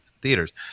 theaters